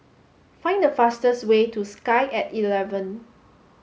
find the fastest way to Sky at eleven